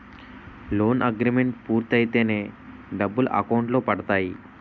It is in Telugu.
లోన్ అగ్రిమెంట్ పూర్తయితేనే డబ్బులు అకౌంట్ లో పడతాయి